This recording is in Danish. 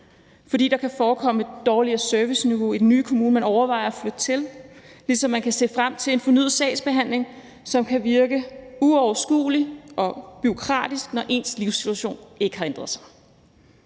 fordi der kan forekomme et dårligere serviceniveau i den nye kommune, som man overvejer at flytte til, ligesom man kan se frem til en fornyet sagsbehandling, som kan virke uoverskuelig og bureaukratisk, når ens livssituation ikke har ændret sig.